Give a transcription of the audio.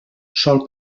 sol